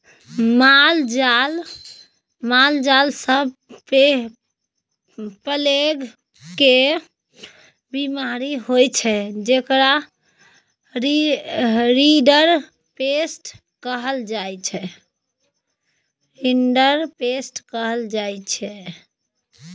मालजाल सब मे प्लेग केर बीमारी होइ छै जेकरा रिंडरपेस्ट कहल जाइ छै